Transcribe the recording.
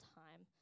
time